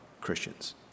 Christians